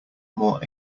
more